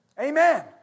Amen